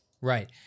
Right